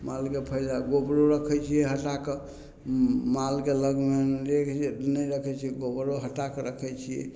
मालके फायदा गोबरो रखै छिए हटैके मालके लगमे नहि रखै छिए गोबर हटा कऽ रखै छिए